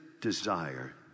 desire